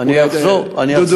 בבקשה, אולי, אחזור.